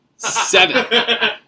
Seven